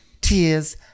tears